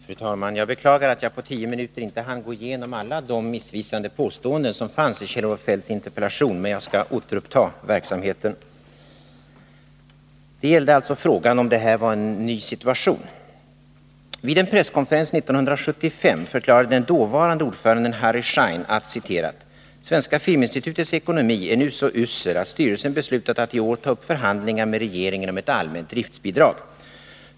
Fru talman! Jag beklagar att jag på tio minuter inte hann gå igenom alla de missvisande påståenden som fanns i Kjell-Olof Feldts interpellation, men jag skall återuppta verksamheten. Det gällde frågan om detta var en ny situation. Vid en presskonferens 1975 förklarade den dåvarande ordföranden Harry Schein enligt tidningsklipp: ”Svenska Filminstitutets ekonomi är nu så usel att styrelsen beslutat att i år ta upp förhandlingar med regeringen om ett allmänt driftsbidrag.